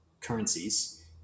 currencies